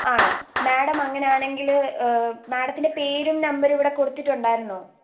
ആണോ മാഡം അങ്ങനെയാണെങ്കിൽ മാഡത്തിൻ്റെ പേരും നമ്പരും ഇവിടെ കൊടുത്തിട്ടുണ്ടായിരുന്നോ